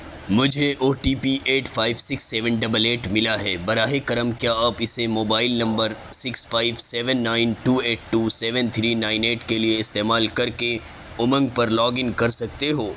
مجھے O T P eight five six seven double eight ملا ہے براہ کرم کیا آپ اسے mobile number six five seven nine two eight two seven three nine eight کے لیے استعمال کر کے امنگ پر لاگ ان کر سکتے ہو